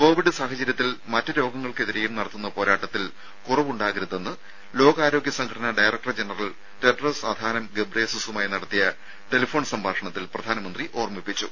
Covid സാഹചര്യത്തിൽ മറ്റ് രോഗങ്ങൾക്കെതിരെയും നടത്തുന്ന പോരാട്ടത്തിൽ കുറവ് ഉണ്ടാകരുതെന്ന് ലോകാരോഗ്യ സംഘടനാ ഡയറക്ടർ ജനറൽ ടെഡ്രസ് അഥാനം ഗബ്രിയേസസുമായി നടത്തിയ ടെലിഫോൺ സംഭാഷണത്തിൽ പ്രധാനമന്ത്രി ഓർമ്മിപ്പിച്ചു